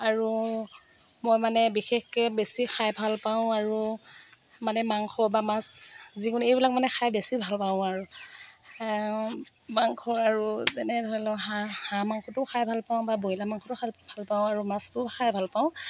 আৰু মই মানে বিশেষকৈ বেছি খাই ভালপাওঁ আৰু মানে মাংস বা মাছ যিকোনো এইবিলাক মানে খাই বেছি ভালপাওঁ আৰু মাংস আৰু যেনে ধৰি লওঁক হাঁহ হাঁহ মাংসটো খাই ভালপাওঁ বা বইলাৰ মাংসটো খাই ভালপাওঁ আৰু মাছটোও খাই ভালপাওঁ